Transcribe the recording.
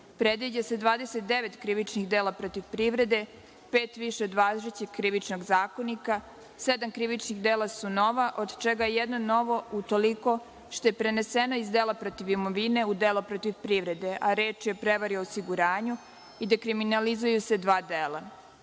Predviđa se 29 krivičnih dela protiv privrede, pet više od važećeg Krivičnog zakonika, sedam krivičnih dela su nova, od čega je jedno novo utoliko što je preneseno iz dela protiv imovine u delo protiv privrede, a reč je o prevari i osiguranjz i dekriminalizuju se dva dela.